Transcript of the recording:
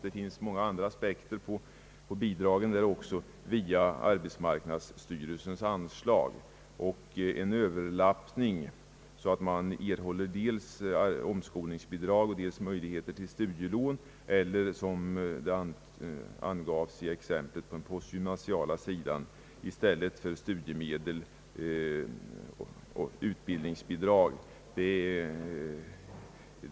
Det finns många andra aspekter på bidrag via arbetsmarknadsstyrelsens anslag, och en överlappning så att man erhåller dels omskolningsbidrag och dels möjlighet till studielån eller som det angavs i exemplet från den postgymnasiala sidan, i stället för studiemedel utbildningsbidrag.